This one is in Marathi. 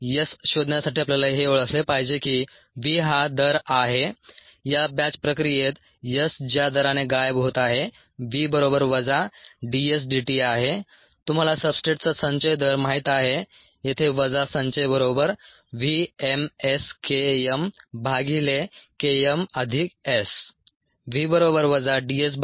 s शोधण्यासाठी आपल्याला हे ओळखले पाहिजे की v हा दर आहे या बॅच प्रक्रियेत s ज्या दराने गायब होत आहे v बरोबर वजा d s d t आहे तुम्हाला सब्सट्रेटचा संचय दर माहित आहे येथे वजा संचय बरोबर v m s k m भागिले K m अधिक s